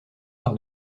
par